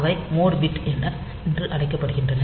அவை mode bit என்று அழைக்கப்படுகின்றன